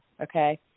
okay